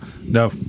No